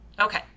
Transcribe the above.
Okay